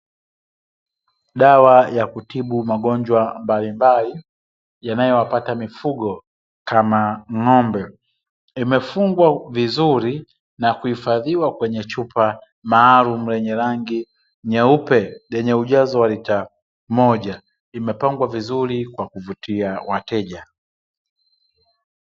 Dawa ya kutibu magonjwa mbalimbali, yanayowapata mifugo kama ng'ombe, imefungwa vizuri na kuhifadhiwa kwenye chupa maalumu lenye rangi nyeupe, lenye ujazo wa lita moja, kimepangwa vizuri kwa kuvutia wateja.